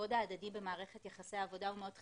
הכבוד ההדדי במערכת יחסי העבודה הוא מאוד חשוב.